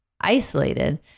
isolated